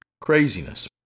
craziness